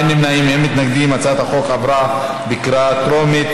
ההצעה עברה בקריאה טרומית,